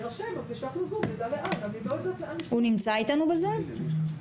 הוא נמצא איתנו בזום?